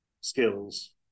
skills